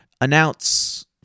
announce